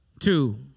Two